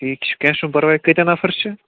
ٹھیٖک چھُ کیٚنہہ چھُنہٕ پَرواے کۭتیاہ نفر چھِ